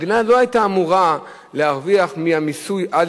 המדינה לא היתה אמורה להרוויח מהמיסוי על